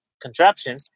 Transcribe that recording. contraption